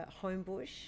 Homebush